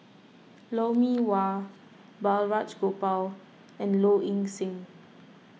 Lou Mee Wah Balraj Gopal and Low Ing Sing